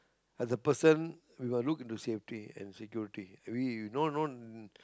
are the person we will look into safety and security we no no